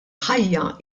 ħajja